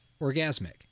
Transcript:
orgasmic